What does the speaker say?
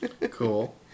Cool